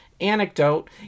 anecdote